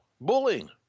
bullying